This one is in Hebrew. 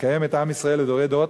לקיים את עם ישראל לדורי דורות,